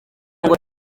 ngo